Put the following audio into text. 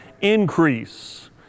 increase